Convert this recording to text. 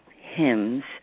hymns